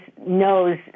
knows